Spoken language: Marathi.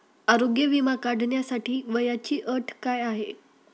आरोग्य विमा काढण्यासाठी वयाची अट काय आहे?